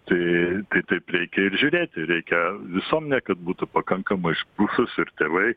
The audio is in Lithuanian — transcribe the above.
tai taip reikia ir žiūrėti reikia visuomenė kad būtų pakankamai išprususi ir tėvai